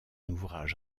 ouvrage